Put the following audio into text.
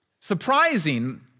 surprising